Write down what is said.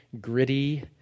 gritty